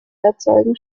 erzeugen